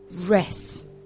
Rest